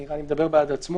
נראה לי שזה מדבר בעד עצמו.